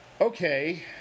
Okay